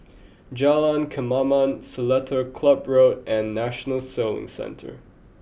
Jalan Kemaman Seletar Club Road and National Sailing Centre